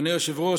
אדוני היושב-ראש,